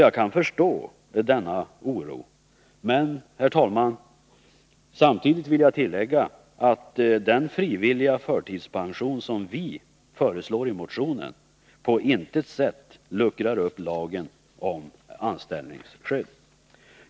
Jag kan förstå denna oro, men samtidigt vill jag, herr talman, tillägga att den frivilliga förtidspension som vi föreslår i motionen på intet sätt luckrar upp lagen om anställningsskydd.